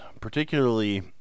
particularly